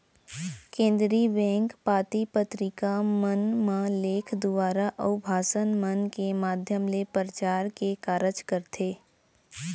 केनदरी bank पाती पतरिका मन म लेख दुवारा, अउ भासन मन के माधियम ले परचार के कारज करथे